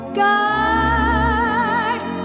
guide